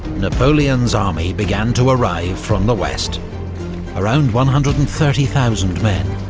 napoleon's army began to arrive from the west around one hundred and thirty thousand men,